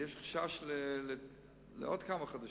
יש חשש לעוד כמה חודשים.